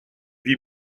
wie